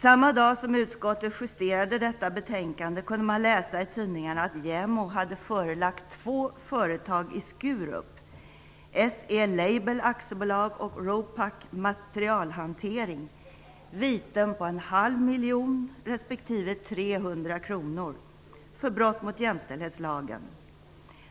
Samma dag som utskottet justerade detta betänkande kunde man läsa i tidningarna att JämO hade förelagt två företag i Skurup, S E Label AB och Ropack Materialhantering, viten på 0,5 miljoner respektive 300 kr för brott mot jämställdhetslagen.